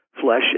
flesh